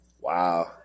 Wow